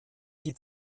die